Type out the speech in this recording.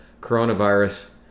coronavirus